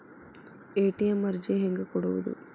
ATM ಅರ್ಜಿ ಹೆಂಗೆ ಕೊಡುವುದು?